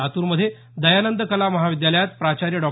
लातूरमध्ये दयानंद कला महाविद्यालयात प्राचार्य डॉ